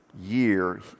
year